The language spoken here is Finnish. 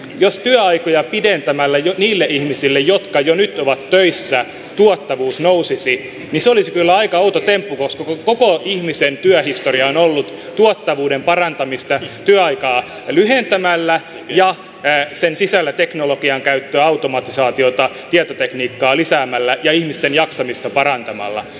jos työaikoja pidentämällä niille ihmisille jotka jo nyt ovat töissä tuottavuus nousisi niin se olisi kyllä aika outo temppu koska koko ihmisen työhistoria on ollut tuottavuuden parantamista työaikaa lyhentämällä ja sen sisällä teknologian käyttöä automatisaatiota ja tietotekniikkaa lisäämällä ja ihmisten jaksamista parantamalla